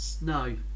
no